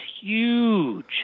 huge